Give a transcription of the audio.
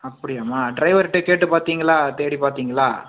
அப்படியாம்மா ட்ரைவர்கிட்ட கேட்டுப் பார்த்தீங்களா தேடிப் பார்த்தீங்களா